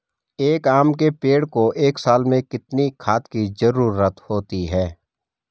एक आम के पेड़ को एक साल में कितने खाद की जरूरत होती है?